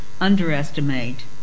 underestimate